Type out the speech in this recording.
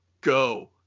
go